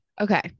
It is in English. Okay